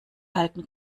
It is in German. halten